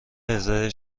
هزاره